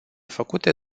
făcute